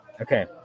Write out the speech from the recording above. Okay